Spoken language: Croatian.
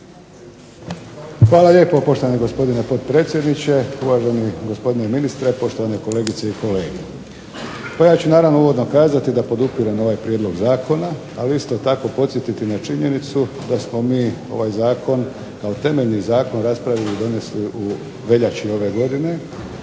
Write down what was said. Hvala lijepo poštovani gospodine potpredsjedniče, uvaženi gospodine ministre, poštovane kolegice i kolege. Pa ja ću naravno uvodno kazati da podupirem ovaj prijedlog zakona, ali isto tako podsjetiti i na činjenicu da smo mi ovaj zakon kao temeljni zakon raspravili i donijeli u veljači ove godine